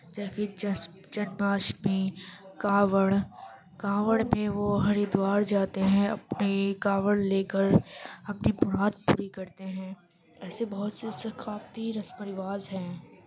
جنماشٹمی کاوڑ کاوڑ میں وہ ہریدوار جاتے ہیں اپنی کاوڑ لے کر اپنی مراد پوری کرتے ہیں ایسے بہت سے ثقافتی رسم و رواج ہیں